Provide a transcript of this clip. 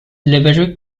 livery